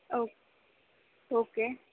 ஓ okay